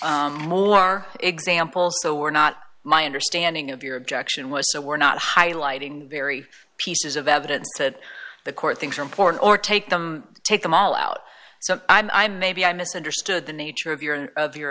our example so we're not my understanding of your objection was so we're not highlighting very pieces of evidence that the court things are important or take them take them all out so i maybe i misunderstood the nature of your and your